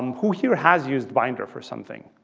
um who here has used binder for something?